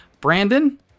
Brandon